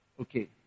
Okay